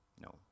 No